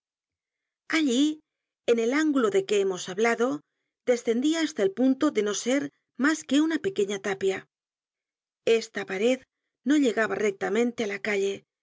en el ángulo de que hemos hablado descendia hasta el punto de no ser mas que una pequeña tapia esta pared no llegaba rectamente á la calle